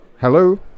Hello